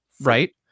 right